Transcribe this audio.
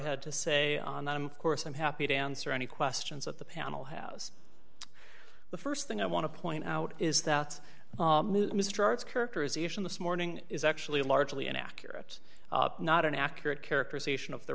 had to say on that of course i'm happy to answer any questions at the panel house the st thing i want to point out is that mr art's characterization this morning is actually largely inaccurate not an accurate characterization of the